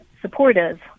supportive